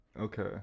Okay